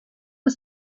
was